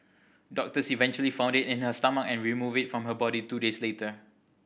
doctors eventually found it in her stomach and removed it from her body two days later